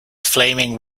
flaming